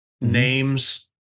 names